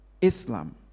Islam